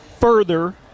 Further